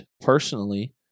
personally